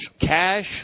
Cash